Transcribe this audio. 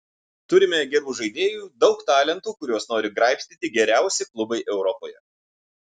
turime gerų žaidėjų daug talentų kuriuos nori graibstyti geriausi klubai europoje